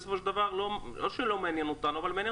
בסופו של דבר לא שלא מעניינים אותנו אבל מעניינים